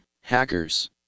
hackers